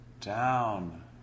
down